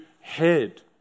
head